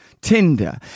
Tinder